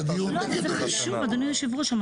לא זה חשוב אדוני היושב ראש.